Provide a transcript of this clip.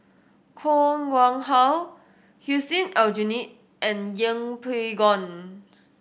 Koh Nguang How Hussein Aljunied and Yeng Pway Ngon